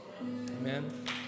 Amen